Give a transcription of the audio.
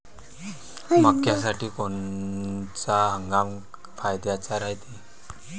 मक्क्यासाठी कोनचा हंगाम फायद्याचा रायते?